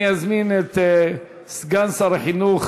אני אזמין את סגן שר החינוך